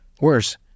Worse